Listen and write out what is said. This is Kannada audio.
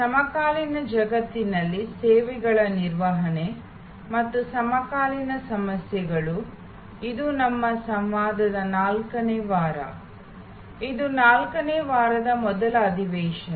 ಸಮಕಾಲೀನ ಜಗತ್ತಿನಲ್ಲಿ ಸೇವೆಗಳ ನಿರ್ವಹಣೆ ಮತ್ತು ಸಮಕಾಲೀನ ಸಮಸ್ಯೆಗಳು ಇದು ನಮ್ಮ ಸಂವಾದದ ನಾಲ್ಕನೇ ವಾರ ಇದು ನಾಲ್ಕನೇ ವಾರದ ಮೊದಲ ಅಧಿವೇಶನ